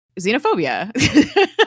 xenophobia